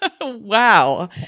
Wow